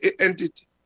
entity